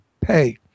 pay